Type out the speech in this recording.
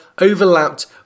overlapped